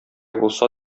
булса